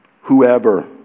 whoever